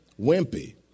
wimpy